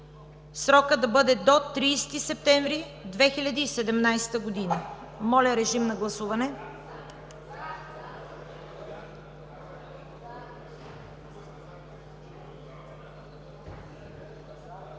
срокът да бъде „до 30 септември 2017 г.“ Моля, режим на гласуване.